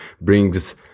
brings